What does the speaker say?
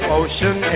ocean